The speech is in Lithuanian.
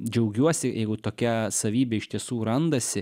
džiaugiuosi jeigu tokia savybė iš tiesų randasi